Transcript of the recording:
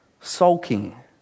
sulking